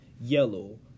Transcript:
yellow